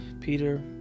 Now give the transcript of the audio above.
Peter